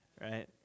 right